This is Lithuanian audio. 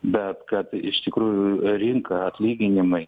bet kad iš tikrųjų rinka atlyginimai